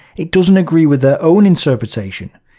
it doesn't agree with their own interpretation.